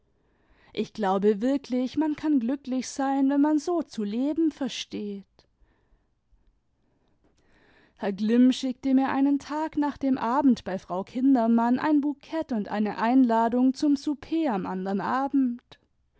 ich glaube wirklich man kann glücklich sein wenn man so zu leben versteht herr glinmi schickte mir einen tag nach dem abend bei frau kindermann ein bukett und eine einladung zum souper am andern abend